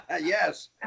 Yes